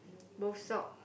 both sock